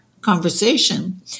conversation